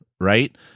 right